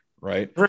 Right